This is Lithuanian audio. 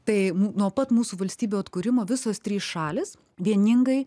tai nuo pat mūsų valstybių atkūrimo visos trys šalys vieningai